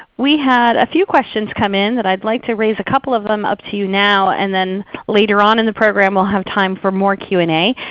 we had a few questions come in that i would like to raise a couple of them up to you now, and then later on in the program we'll have time for more q and a.